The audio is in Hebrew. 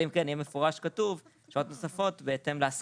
אלא אם כן יהיה מפורש כתוב שעות נוספות בהתאם להסכמה.